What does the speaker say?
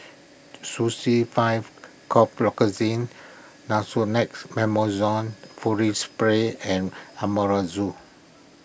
five Cough Nasonex Furoate Spray and Amelozole